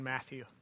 Matthew